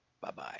Bye-bye